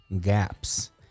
gaps